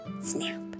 snap